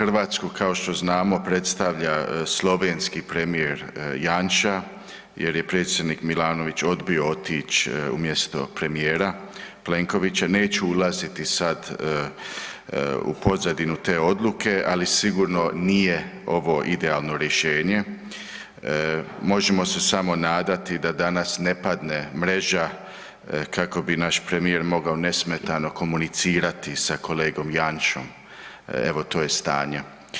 Hrvatsku kao što znamo predstavlja slovenski premijer Janša jer je predsjednik Milanović odbio otić umjesto premijera Plenkovića, neću ulaziti sad u pozadinu te odluke, ali sigurno nije ovo idealno rješenje, možemo se samo nadati da danas ne padne mreža kako bi naš premijer mogao nesmetano komunicirati sa kolegom Janšom, evo to je stanje.